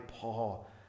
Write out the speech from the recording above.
Paul